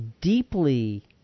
deeply